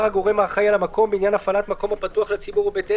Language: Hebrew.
הגורם האחראי על המקום בעניין הפעלת מקום הפתוח לציבור או בית עסק,